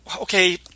okay